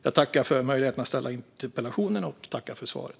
Jag tackar för möjligheten att ställa interpellationen och tackar för svaret.